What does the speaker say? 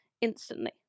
instantly